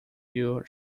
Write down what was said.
your